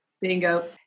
Bingo